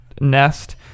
nest